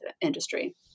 industry